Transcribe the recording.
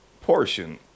portion